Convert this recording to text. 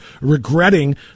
regretting